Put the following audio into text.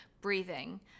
breathing